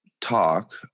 talk